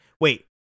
Wait